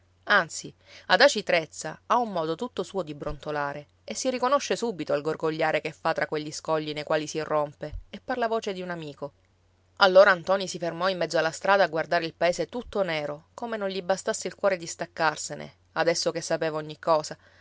anzi ad aci trezza ha un modo tutto suo di brontolare e si riconosce subito al gorgogliare che fa tra quegli scogli nei quali si rompe e par la voce di un amico allora ntoni si fermò in mezzo alla strada a guardare il paese tutto nero come non gli bastasse il cuore di staccarsene adesso che sapeva ogni cosa